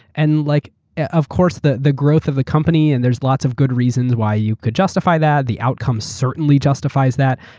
and like course, the the growth of the company and thereas lots of good reasons why you could justify that. the outcomes certainly justifies that.